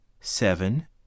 seven